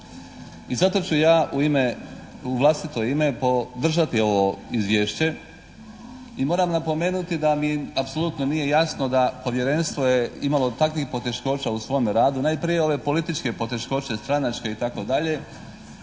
I zato ću ja u vlastito ime podržati ovo izvješće i moram napomenuti da mi apsolutno nije jasno da povjerenstvo je imalo takvih poteškoća u svome radu. Najprije ove političke poteškoće, stranačke itd.,koje